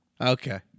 okay